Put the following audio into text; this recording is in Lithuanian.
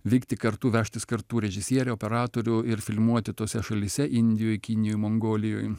vykti kartu vežtis kartu režisierę operatorių ir filmuoti tose šalyse indijoj kinijoj mongolijoj